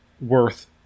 worth